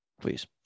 please